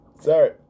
Sorry